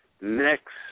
next